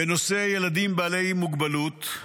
בנושא ילדים בעלי מוגבלות,